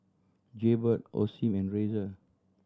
Jaybird Osim and Razer